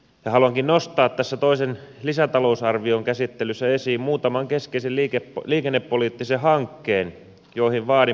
haluankin nostaa tässä toisen lisätalousarvion käsittelyssä esiin muutaman keskeisen liikennepoliittisen hankkeen joihin vaadin muutosta